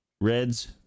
Reds